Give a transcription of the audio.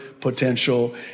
potential